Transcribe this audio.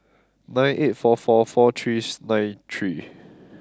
nine eight four four four three nine three